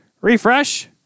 Refresh